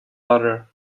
butter